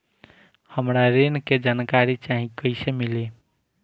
हमरा ऋण के जानकारी चाही कइसे मिली?